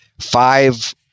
five